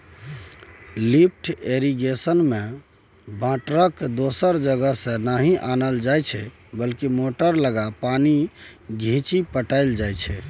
lift इरिगेशनमे बाटरकेँ दोसर जगहसँ नहि आनल जाइ छै बल्कि मोटर लगा पानि घीचि पटाएल जाइ छै